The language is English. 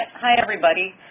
hi everybody!